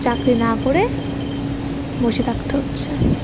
চাকরি না করে বসে থাকতে হচ্ছে